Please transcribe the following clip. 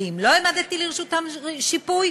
ואם לא העמדתי לרשותם שיפוי,